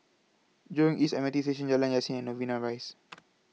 Jurong East M R T Station Jalan Yasin and Novena Rise